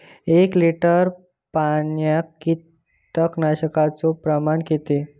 एक लिटर पाणयात कीटकनाशकाचो प्रमाण किती?